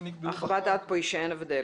חוות הדעת פה היא שאין הבדל.